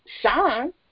shine